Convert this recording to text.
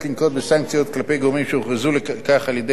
כלפי גורמים שהוכרזו כך על-ידי מועצת הביטחון.